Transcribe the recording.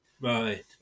Right